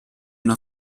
una